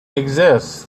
exists